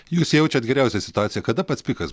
jūs jaučiat geriausiai situaciją kada pats pikas